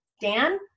Dan